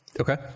Okay